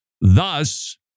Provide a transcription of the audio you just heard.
thus